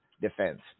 defense